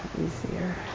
easier